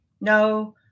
No